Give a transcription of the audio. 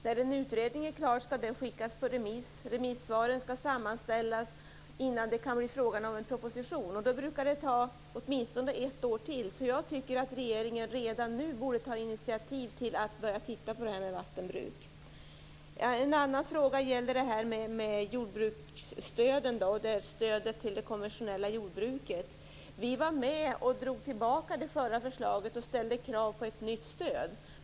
När en utredning är klar skall den skickas på remiss. Remissvaren skall sammanställas innan det kan bli fråga om en proposition. Det brukar ta åtminstone ett år till. Därför tycker jag att regeringen redan nu borde ta initiativ till att man börjar titta närmare på de frågor som rör vattenbruk. En annan fråga gäller stödet till det konventionella jordbruket. Vi var med och drog tillbaka det förra förslaget och ställde krav på ett nytt stöd.